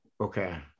okay